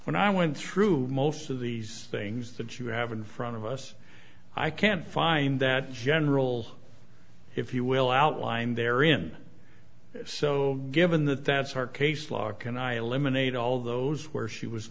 when i went through most of these things that you have in front of us i can't find that general if you will outline there in so given that that's our case law can i eliminate all those where she was